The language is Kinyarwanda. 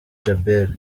djabel